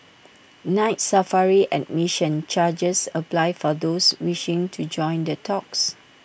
Night Safari admission charges apply for those wishing to join the talks